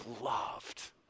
loved